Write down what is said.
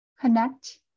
connect